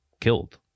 killed